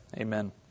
Amen